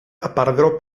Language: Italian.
apparvero